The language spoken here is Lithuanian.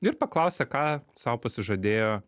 ir paklausė ką sau pasižadėjo